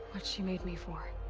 what she made me for.